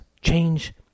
Change